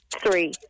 Three